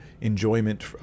enjoyment